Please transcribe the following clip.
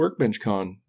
WorkbenchCon